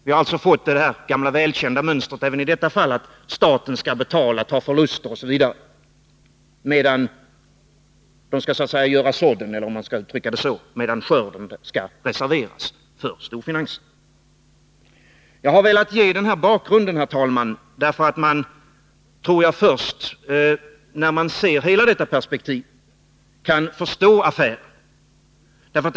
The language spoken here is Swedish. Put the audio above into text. Vi har alltså fått det gamla välkända mönstret även i detta fall, att staten skall betala, ta förluster osv. och därmed så att säga klara sådden, medan skörden skall reserveras för storfinansen. Herr talman! Jag har velat ge den här bakgrunden, eftersom jag tror att man först när man ser hela detta perspektiv kan förstå affären.